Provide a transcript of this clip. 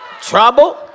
trouble